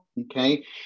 okay